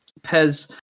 Pez